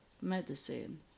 medicine